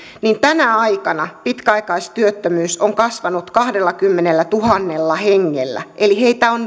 niin tänä aikana pitkäaikaistyöttömyys on kasvanut kahdellakymmenellätuhannella hengellä eli heitä on